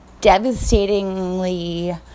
devastatingly